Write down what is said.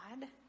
God